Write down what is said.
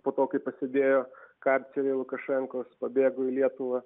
po to kai pasėdėjo karceryje lukašenkos pabėgo į lietuvą